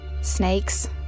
Snakes